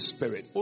Spirit